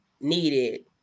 needed